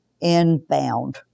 inbound